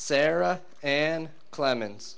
sarah and clements